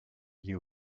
you